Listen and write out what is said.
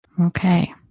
Okay